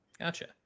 gotcha